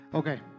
Okay